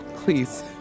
Please